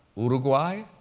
uruguay,